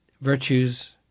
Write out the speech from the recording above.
virtue's